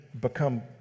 become